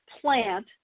plant